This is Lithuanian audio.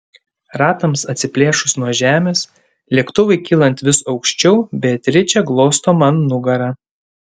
ratams atsiplėšus nuo žemės lėktuvui kylant vis aukščiau beatričė glosto man nugarą